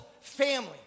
family